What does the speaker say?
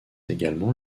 également